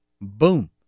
boom